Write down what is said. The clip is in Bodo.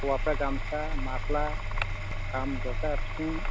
हौवाफ्रा गामसा माफ्ला खाम जथा सिफुं